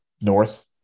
North